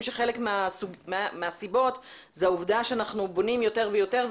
שחלק מהסיבות היא העובדה שאנחנו בונים יותר ויותר,